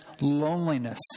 loneliness